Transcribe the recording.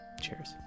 Cheers